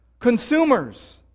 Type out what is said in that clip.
consumers